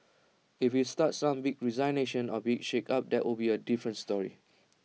if we start some big resignations or big shake up that would be A different story